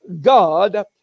God